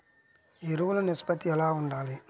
ఎరువులు నిష్పత్తి ఎలా ఉండాలి?